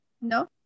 No